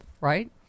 right